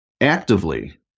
actively